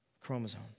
chromosome